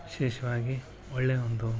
ವಿಶೇಷವಾಗಿ ಒಳ್ಳೆಯ ಒಂದು